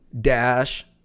dash